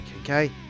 okay